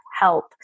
help